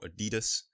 adidas